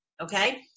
okay